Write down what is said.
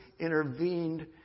intervened